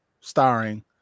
starring